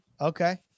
Okay